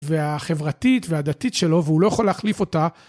והחברתית והדתית שלו, והוא לא יכול להחליף אותה